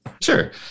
Sure